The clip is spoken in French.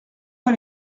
pas